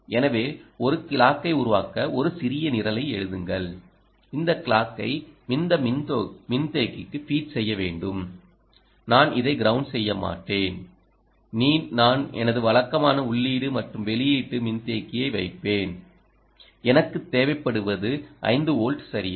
எனவே ஒரு கிளாக்கை உருவாக்க ஒரு சிறிய நிரலை எழுதுங்கள் இந்த கிளாக்கை இந்த மின்தேக்கிக்கு ஃபீட் செய்ய வேண்டும் நான் இதை கிரவுன்டு செய்ய மாட்டேன் நீ நான் எனது வழக்கமான உள்ளீடு மற்றும் வெளியீட்டு மின்தேக்கியை வைப்பேன் எனக்கு தேவைப்படுவது 5 வோல்ட் சரியா